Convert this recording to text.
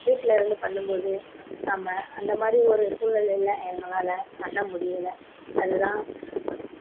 வீட்லேருந்து பண்ணும்போது நம்ம அந்தமாதிரி ஒரு சூழ்நிலையில் எங்கனாலே பண்ண முடியலை அதுதான்